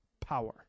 Power